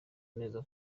neza